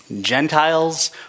Gentiles